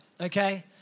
okay